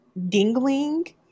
Dingling